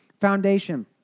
foundation